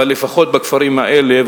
אבל לפחות בכפרים האלה,